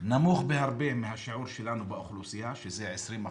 נמוך בהרבה מהשיעור שלנו באוכלוסייה, שזה 20%,